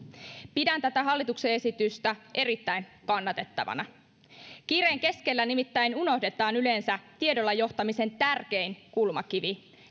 pidän tätä hallituksen esitystä erittäin kannatettavana kiireen keskellä nimittäin unohdetaan yleensä tiedolla johtamisen tärkein kulmakivi